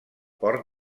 port